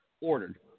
ordered